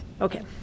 Okay